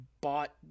bought